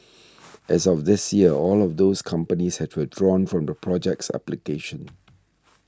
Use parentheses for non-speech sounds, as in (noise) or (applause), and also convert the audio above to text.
(noise) as of this year all of those companies had withdrawn from the project's application